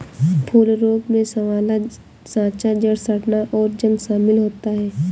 फूल रोग में साँवला साँचा, जड़ सड़ना, और जंग शमिल होता है